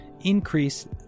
Increase